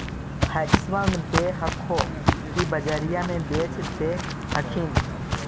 पैक्सबा मे दे हको की बजरिये मे बेच दे हखिन?